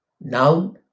noun